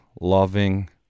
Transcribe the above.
loving